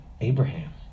Abraham